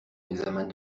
examen